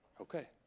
Okay